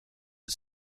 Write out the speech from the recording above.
het